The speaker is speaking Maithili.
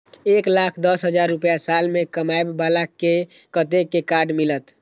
एक लाख दस हजार रुपया साल में कमाबै बाला के कतेक के कार्ड मिलत?